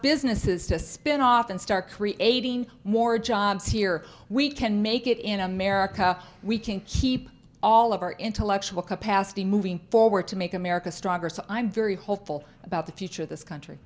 businesses to spin off and start creating more jobs here we can make it in america we can keep all of our intellectual capacity moving forward to make america stronger so i'm very hopeful about the future of this country